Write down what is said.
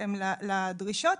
בהתאם לדרישות,